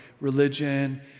religion